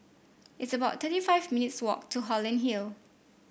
it's about thirty five minutes' walk to Holland Hill